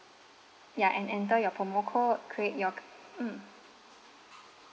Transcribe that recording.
yeah and enter your promo code create your c~ um